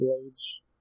blades